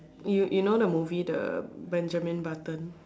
you you know the movie the Benjamin button